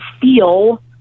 feel